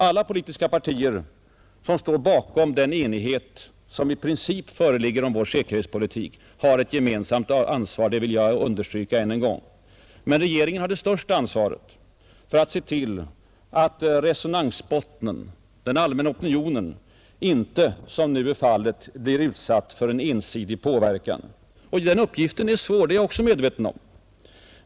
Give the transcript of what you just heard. Alla politiska partier som står bakom den enighet, som i princip föreligger om vår säkerhetspolitik, har ett gemensamt ansvar, det vill jag understryka än en gång. Men regeringen har det största ansvaret för att se till, att resonansbottnen, den allmänna opinionen, inte som nu är fallet blir utsatt för en ensidig påverkan. Den uppgiften är svår, det är jag också medveten om.